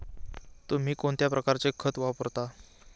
तुम्ही कोणत्या प्रकारचे खत वापरता?